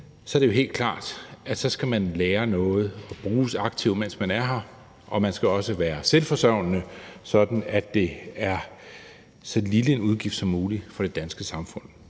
er det jo helt klart, at man så skal lære noget, der kan bruges aktivt, mens man er her, og man skal også være selvforsørgende, sådan at det er så lille en udgift som muligt for det danske samfund.